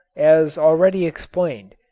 as already explained,